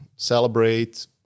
Celebrate